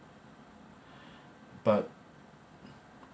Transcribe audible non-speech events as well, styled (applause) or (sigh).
(breath) but